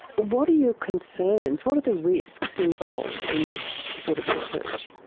what are your concerns, what are the risks involved in this sort of research?